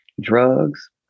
drugs